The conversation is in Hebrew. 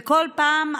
וכל פעם,